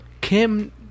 Kim